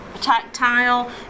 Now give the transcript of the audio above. tactile